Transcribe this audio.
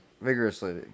vigorously